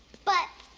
but.